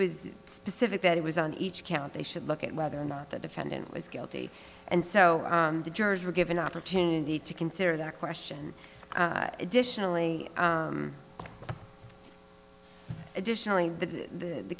was specific that it was on each count they should look at whether or not the defendant was guilty and so the jurors were given an opportunity to consider their question additionally additionally the